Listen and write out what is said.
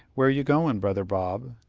where you goin', brother bob?